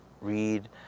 read